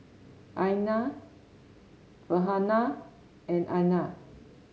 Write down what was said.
Aina Farhanah and Aina